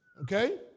Okay